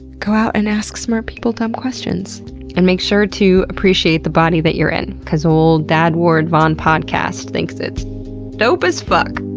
go out and ask smart people stupid um questions and make sure to appreciate the body that you're in because old dad ward von podcast thinks it's dope as fuck!